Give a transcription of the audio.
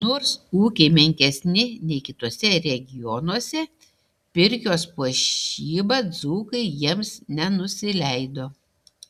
nors ūkiai menkesni nei kituose regionuose pirkios puošyba dzūkai jiems nenusileido